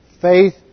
Faith